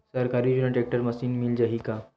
सरकारी योजना tractor machine मिल जाही का?